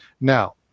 Now